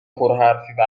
پرحرفی